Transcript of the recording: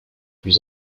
plus